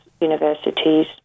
universities